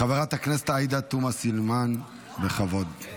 חברת הכנסת עאידה תומא סלימאן, בכבוד.